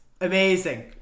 Amazing